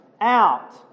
out